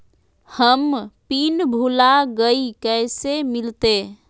हम पिन भूला गई, कैसे मिलते?